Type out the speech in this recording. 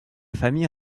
famille